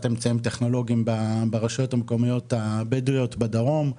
אמצעים טכנולוגיים ברשויות המקומיות הבדואיות בדרום,